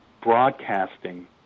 broadcasting